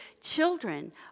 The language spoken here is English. Children